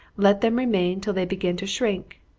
let them remain till they begin to shrink,